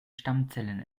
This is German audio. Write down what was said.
stammzellen